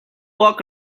walk